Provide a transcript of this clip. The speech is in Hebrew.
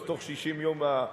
אז בתוך 60 יום התוכנית,